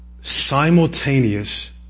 Simultaneous